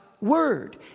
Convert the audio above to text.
word